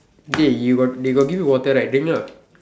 dey you got they got give you water right drink ah